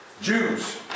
jews